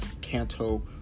Kanto